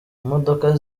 imodoka